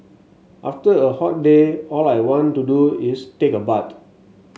after a hot day all I want to do is take a bath